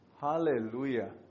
Hallelujah